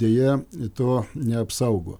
deja to neapsaugo